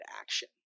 action